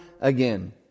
again